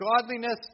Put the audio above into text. godliness